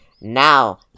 Now